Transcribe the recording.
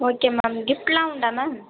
okay ma'am கிஃப்டெல்லாம் உண்டா ma'am